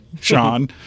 Sean